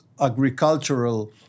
agricultural